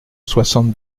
soixante